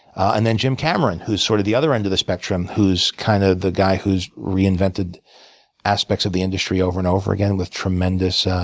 and then jim cameron, who's sort of at the other end of the spectrum, who's kind of the guy who's reinvented aspects of the industry over and over again with tremendous